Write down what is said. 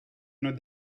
nos